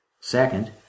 Second